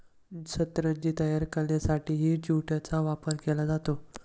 सतरंजी तयार करण्यासाठीही ज्यूटचा वापर केला जातो